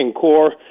core